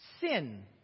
sin